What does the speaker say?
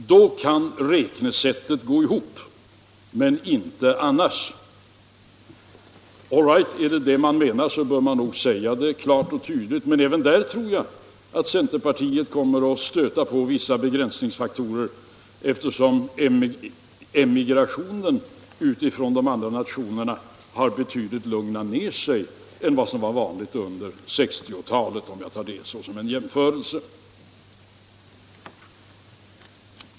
Då kan räkneexemplet gå ihop, men inte annars. All right — är det det man menar bör man säga det klart och tydligt, men även där tror jag att centerpartiet kommer att stöta på vissa begränsningsfaktorer, eftersom emigrationen utifrån de andra nationerna har lugnat ner sig betydligt mot vad som var vanligt under 1960-talet, om jag tar det som en jämförelse.